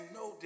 no